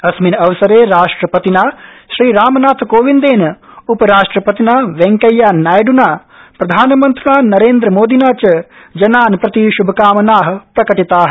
अस्मिन् अवसरे राष्ट्रपतिना रामनाथ कोविन्देन उपराष्ट्रपतिना वेंकैयानायड्ना प्रधानमन्त्रिणा नरेन्द्र मोदिना च जनान् प्रति श्भकामना प्रकटिता